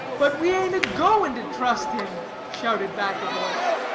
but we aint agoing to trust him! shouted back a voice.